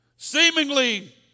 Seemingly